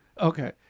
Okay